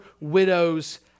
widows